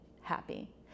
happy